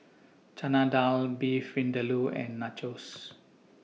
Chana Dal Beef Vindaloo and Nachos